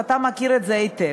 ואתה מכיר את זה היטב.